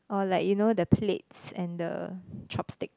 or like you know the plates and the chopstick